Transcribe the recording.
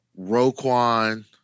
Roquan